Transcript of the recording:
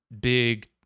big